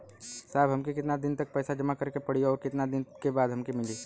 साहब हमके कितना दिन तक पैसा जमा करे के पड़ी और कितना दिन बाद हमके मिली?